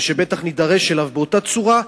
ושבטח נידרש אליו באותה צורה,